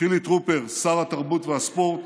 חילי טרופר, שר התרבות והספורט,